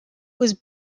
was